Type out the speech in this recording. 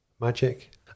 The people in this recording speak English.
magic